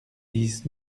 dix